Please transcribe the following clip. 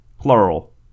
Plural